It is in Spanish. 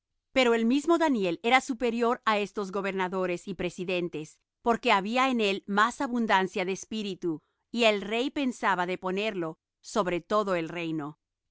pero el mismo daniel era superior á estos gobernadores y presidentes porque había en él más abundancia de espíritu y el rey pensaba de ponerlo sobre todo el reino